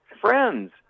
Friends